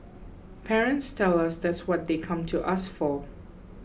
parents tell us that's what they come to us for